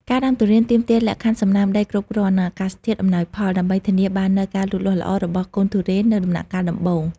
ការដាំទុរេនទាមទារលក្ខខណ្ឌសំណើមដីគ្រប់គ្រាន់ និងអាកាសធាតុអំណោយផល ដើម្បីធានាបាននូវការលូតលាស់ល្អរបស់កូនទុរេននៅដំណាក់កាលដំបូង។